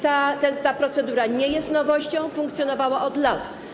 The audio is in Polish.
Ta procedura nie jest nowością, funkcjonowała od lat.